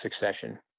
succession